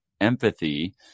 empathy